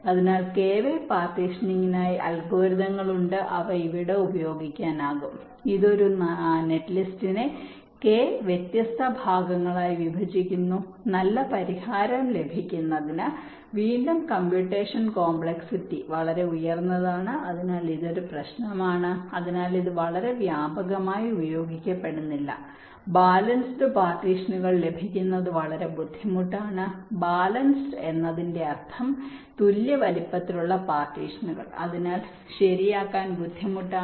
അതിനാൽ K way പാർട്ടീഷനിംഗിനായി അൽഗോരിതങ്ങൾ ഉണ്ട് അവ ഇവിടെ ഉപയോഗിക്കാനാകും ഇത് ഒരു നെറ്റ്ലിസ്റ്റിനെ കെ വ്യത്യസ്ത ഭാഗങ്ങളായി വിഭജിക്കുന്നു നല്ല പരിഹാരം ലഭിക്കുന്നതിന് വീണ്ടും കംപ്യുറ്റേഷൻ കോംപ്ലക്സിറ്റി വളരെ ഉയർന്നതാണ് അതിനാൽ ഇത് ഒരു പ്രശ്നമാണ് അതിനാൽ ഇത് വളരെ വ്യാപകമായി ഉപയോഗിക്കപ്പെടുന്നില്ല ബാലൻസ്ഡ് പാർട്ടീഷനുകൾ ലഭിക്കുന്നത് ബുദ്ധിമുട്ടാണ് ബാലൻസ്ഡ് എന്നതിന്റെ അർത്ഥം തുല്യ വലുപ്പത്തിലുള്ള പാർട്ടീഷനുകൾ അതിനാൽ ശരിയാക്കാൻ ബുദ്ധിമുട്ടാണ്